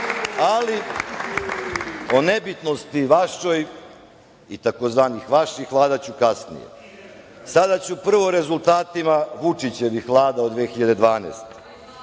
O nebitnosti vašoj i takozvanih vaših vlada ću kasnije. Sada ću prvo o rezultatima Vučićevih vlada od 2012.